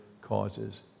causes